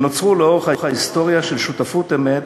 שנוצרו לאורך ההיסטוריה של שותפות אמת,